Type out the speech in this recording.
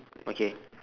okay